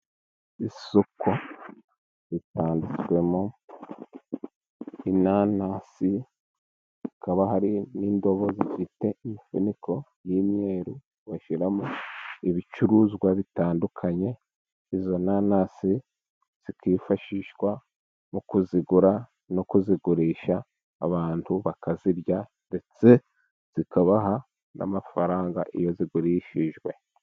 Isoko ritanditswemo inanasi, hakaba hari n'indobo zifite imifuniko y'imyeru bashyiramo ibicuruzwa bitandukanye. Izo nanasi zikifashishwa mu kuzigura no kuzigurisha, abantu bakazirya. Ndetse zikabaha n'amafaranga iyo zigurishijwe.